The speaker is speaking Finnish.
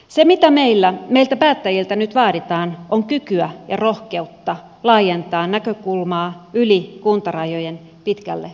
se mitä meiltä päättäjiltä nyt vaaditaan on kykyä ja rohkeutta laajentaa näkökulmaa yli kuntarajojen pitkälle tulevaisuuteen